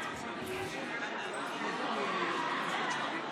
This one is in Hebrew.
שדיברה על נושאים מובהקים של שוק ההון,